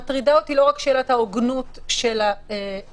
מטרידה אותי לא רק שאלת ההוגנות של הבחינה,